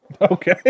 Okay